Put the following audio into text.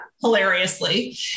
hilariously